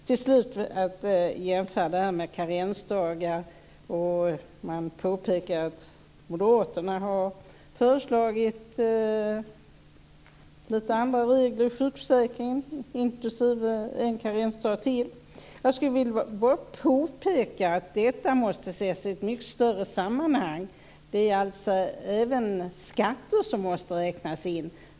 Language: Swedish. När det slutligen gäller karensdagarna påpekas det att Moderaterna har föreslagit lite andra regler i sjukförsäkringen, inklusive en karensdag till. Jag skulle vilja påpeka att detta måste ses i ett mycket större sammanhang. Även skatter måste ju räknas in.